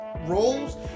roles